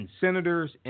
senators